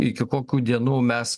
iki kokių dienų mes